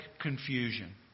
confusion